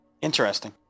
Interesting